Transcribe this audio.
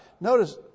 Notice